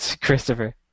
Christopher